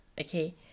Okay